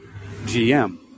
GM